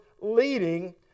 leading